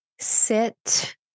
sit